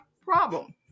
problem